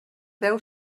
deu